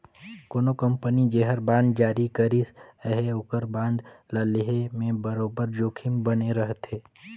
कोनो कंपनी जेहर बांड जारी करिस अहे ओकर बांड ल लेहे में बरोबेर जोखिम बने रहथे